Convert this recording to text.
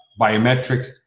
biometrics